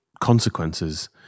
consequences